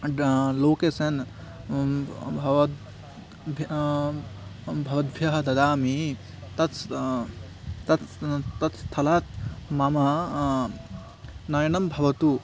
डा लोकेसन् भवद् ब्य् भवद्भ्यः ददामि तस्य तत् तत् स्थलात् मम नयनं भवतु